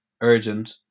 urgent